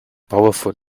powerful